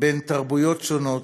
בין תרבויות שונות,